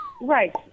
Right